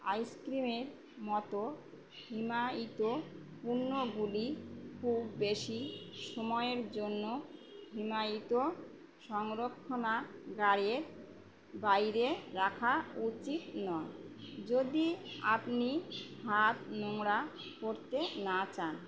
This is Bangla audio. আইসক্রিমের মতো হিমায়িত পণ্যগুলি খুব বেশি সময়ের জন্য হিমায়িত সংরক্ষণাগারের বাইরে রাখা উচিত না যদি আপনি হাত নোংরা করতে না চান